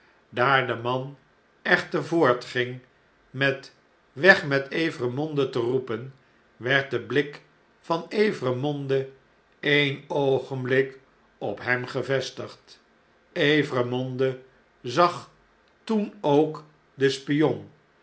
daar de man echter voortging met weg met evremonde te roepen werd de blik van evremonde e'en oogen blik op hem gevestigd evremonde zag toen ook den spion